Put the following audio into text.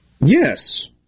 Yes